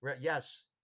Yes